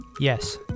Yes